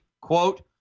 quote